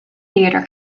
theatre